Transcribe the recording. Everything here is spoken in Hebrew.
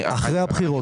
אחרי הבחירות.